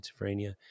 schizophrenia